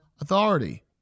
authority